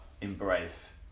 embrace